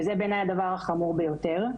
וזה בעיניי הדבר החמור ביותר.